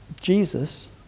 Jesus